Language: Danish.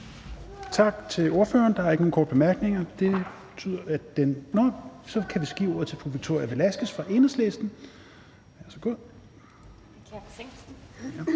Tak til ordføreren. Der er ikke nogen korte bemærkninger. Så kan jeg give ordet til fru Victoria Velasquez fra Enhedslisten.